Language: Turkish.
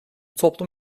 toplum